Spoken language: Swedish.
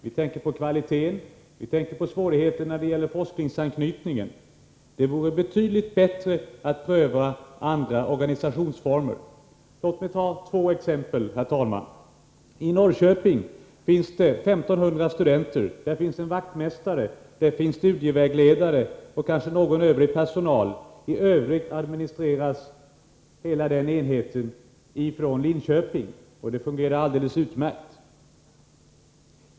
Vi tänker på kvaliteten, vi tänker på svårigheter när det gäller forskningsanknytningen. Det vore betydligt bättre att pröva andra organisationsformer. Låt mig, herr talman, anföra två exempel. I Norrköping finns det 1 500 studenter, där finns en vaktmästare, där finns studievägledare och kanske någon övrig personal, i övrigt administreras hela den enheten från Linköping, och det fungerar alldeles utmärkt.